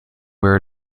where